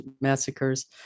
massacres